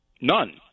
none